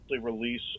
release